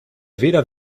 weder